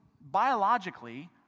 biologically